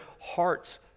hearts